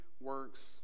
works